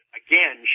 again